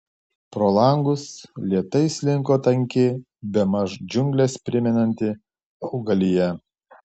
pro langus lėtai slinko tanki bemaž džiungles primenanti augalija